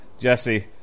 Jesse